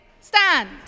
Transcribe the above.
stand